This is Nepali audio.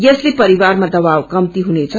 यसले परिवारमा दवाब कम्ती हुनेछ